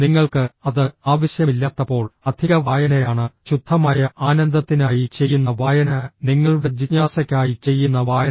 നിങ്ങൾക്ക് അത് ആവശ്യമില്ലാത്തപ്പോൾ അധിക വായനയാണ് ശുദ്ധമായ ആനന്ദത്തിനായി ചെയ്യുന്ന വായന നിങ്ങളുടെ ജിജ്ഞാസയ്ക്കായി ചെയ്യുന്ന വായന